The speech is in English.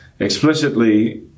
explicitly